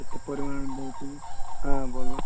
କେତେ ପରିମାଣରେ ଦଉଛି ହାଁ ବୋଲ